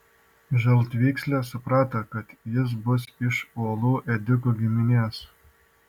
žaltvykslė suprato kad jis bus iš uolų ėdikų giminės